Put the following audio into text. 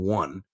one